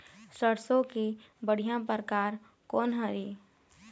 सरसों के बढ़िया परकार कोन हर ये?